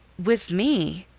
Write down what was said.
with me!